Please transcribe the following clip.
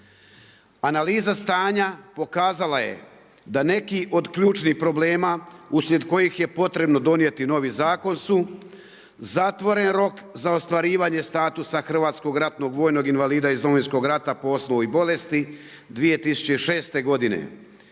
Analiza stanja pokazala je da neki od ključnih problema uslijed kojih je potrebno donijeti novi zakon su zatvoren rok za ostvarivanje statusa hrvatskog ratnog vojnog invalida iz Domovinskog rata …/Govornik se ne razumije./…i bolesti 2006. godine